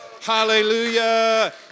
Hallelujah